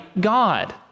God